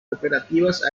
cooperativas